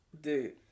dude